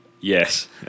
yes